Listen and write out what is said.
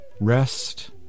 rest